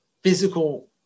physical